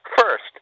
First